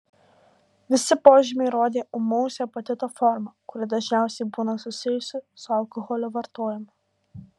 visi požymiai rodė ūmaus hepatito formą kuri dažniausiai būna susijusi su alkoholio vartojimu